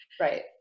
Right